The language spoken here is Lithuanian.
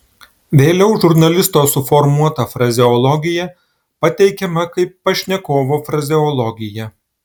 vėliau žurnalisto suformuota frazeologija pateikiama kaip pašnekovo frazeologija